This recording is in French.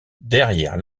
derrière